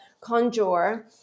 conjure